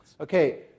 Okay